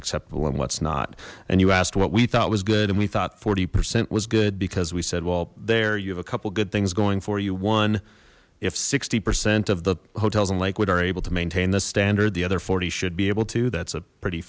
acceptable and what's not and you asked what we thought was good and we thought forty percent was good because we said well there you have a couple good things going for you one if sixty percent of the hotels in lakewood are able to maintain this standard the other forty should be able to that's a pretty